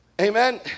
amen